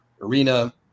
arena